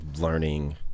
learning